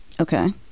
okay